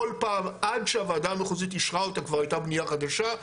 כל פעם עד שהוועדה המחוזית אישרה אותה כבר הייתה בנייה חדשה,